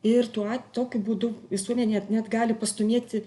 ir tuo tokiu būdu visuomenė net gali pastūmėti